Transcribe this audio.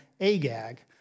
Agag